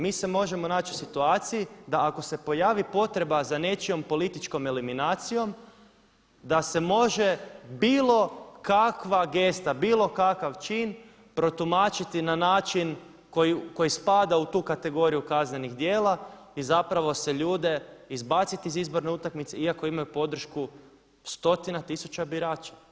Mi se možemo naći u situaciji da ako se pojavi potreba za nečijom političkom eliminacijom da se može bilo kakva gesta, bilo kakav čin protumačiti na način koji spada u tu kategoriju kaznenih djela i zapravo se ljude izbaciti iz izborne utakmice iako imaju podršku stotina tisuća birača.